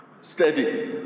steady